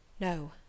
No